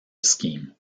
scheme